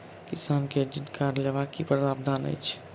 किसान credit card लेबाक की प्रावधान छै?